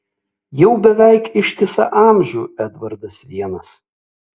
jau beveik ištisą amžių edvardas vienas